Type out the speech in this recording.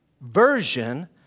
version